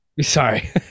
Sorry